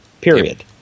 Period